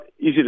easy